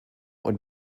would